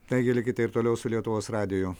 taigi likite ir toliau su lietuvos radiju